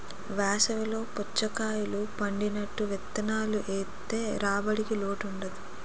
వేసవి లో పుచ్చకాయలు పండినట్టు విత్తనాలు ఏత్తె రాబడికి లోటుండదు